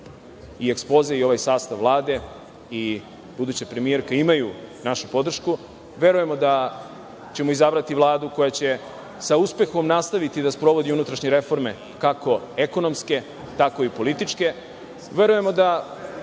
i ekspoze i ovaj sastav Vlade i buduća premijerka imaju našu podršku. Verujemo da ćemo izabrati Vladu koja će sa uspehom nastaviti da sprovodi unutrašnje reforme, kako ekonomske, tako i političke. Verujemo da